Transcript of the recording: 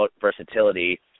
versatility